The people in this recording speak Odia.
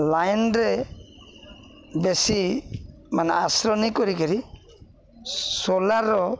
ଲାଇନ୍ରେ ବେଶୀ ମାନେ ଆଶ୍ର ନି କରିକିରି ସୋଲାର୍ର